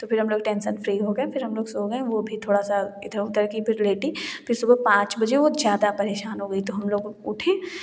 तो हम लोग टेंशन फ्री हो गए फ़िर हम लोग सो गए हैं वह भी थोड़ा सा इधर उधर की फ़िर लेटी फ़िर सुबह पाँच बजे वह ज़्यादा परेशान हो गई तो हम लोग उठे